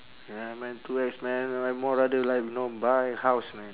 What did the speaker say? ya man too ex man know I more rather like know buy house man